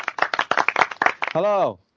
Hello